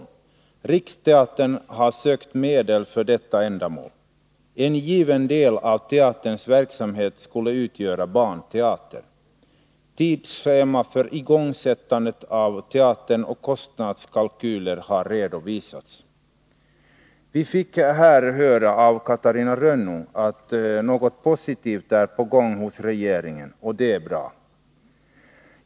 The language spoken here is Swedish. Riksteatern har sökt medel för detta ändamål. En given del av teaterns verksamhet skulle utgöras av barnteater. Tidsschema för igångsättandet av teatern och kostnadskalkyler har redovisats. Vi fick här höra av Catarina Rönnung att något positivt är på gång hos regeringen, och det är bra.